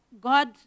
God